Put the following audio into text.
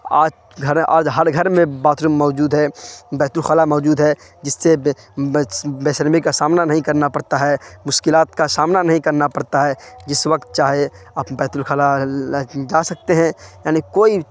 آج گھر آج ہر گھر میں باتھ روم موجود ہے بیت الخلا موجود ہے جس سے بیشرمی کا سامنا نہیں کرنا پڑتا ہے مشکلات کا شامنا نہیں کرنا پڑتا ہے جس وقت چاہے آپ بیت الخلا جا سکتے ہیں یعنی کوئی